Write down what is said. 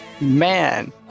man